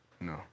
No